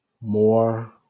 More